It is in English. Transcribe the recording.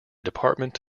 department